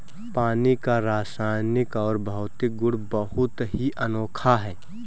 पानी का रासायनिक और भौतिक गुण बहुत ही अनोखा है